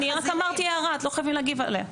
אני רק אמרתי הערה, לא חייבים להגיב עליה.